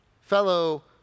fellow